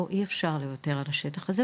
לא אי אפשר לוותר על השטח הזה.